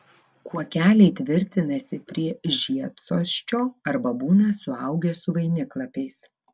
kuokeliai tvirtinasi prie žiedsosčio arba būna suaugę su vainiklapiais